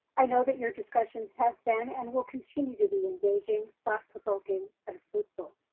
i know that your discussions have been and will continue to be engaging, thought-provoking, and fruitful.